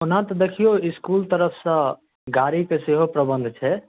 ओना तऽ देखियौ इसकुल तरफ सऽ गाड़ी के सेहो प्रबन्ध छै